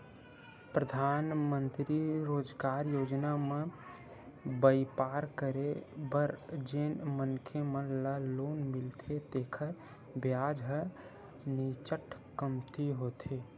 परधानमंतरी रोजगार योजना म बइपार करे बर जेन मनखे मन ल लोन मिलथे तेखर बियाज ह नीचट कमती होथे